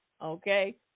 Okay